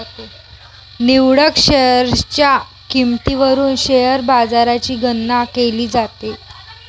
निवडक शेअर्सच्या किंमतीवरून शेअर बाजाराची गणना केली जाते